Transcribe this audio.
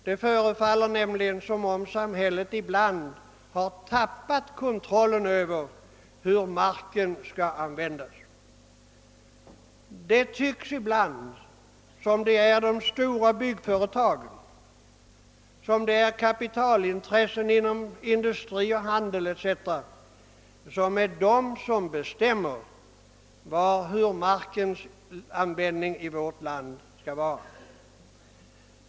Det förefaller nämligen ibland som om samhället hade tappat kontrollen över hur marken bör användas. Det tycks ibland som om stora byggföretag och kapitalintressen inom industri och handel bestämmer hur marken skall användas i vårt land.